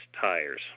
tires